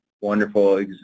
wonderful